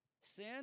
Sin